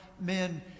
men